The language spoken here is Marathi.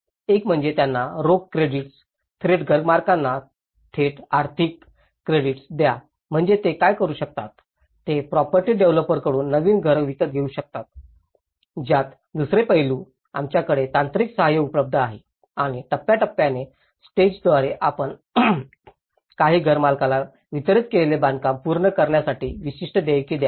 एक म्हणजे त्यांना रोख क्रेडिट्स थेट घरमालकांना थेट आर्थिक क्रेडिट्स द्या म्हणजे ते काय करू शकतात ते प्रॉपर्टी डेव्हलपर कडून नवीन घर विकत घेऊ शकतात ज्यात दुसरे पैलू आमच्याकडे तांत्रिक सहाय्य उपलब्ध आहे आणि टप्प्याटप्प्याने स्टेजद्वारे आपण काही घरमालकाला वितरित केलेले बांधकाम पूर्ण करण्यासाठीविशिष्ट देयके द्या